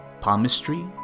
palmistry